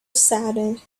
saddened